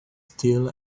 still